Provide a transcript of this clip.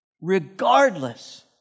regardless